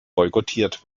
boykottiert